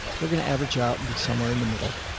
they're going to average out and be somewhere in the middle.